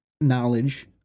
knowledge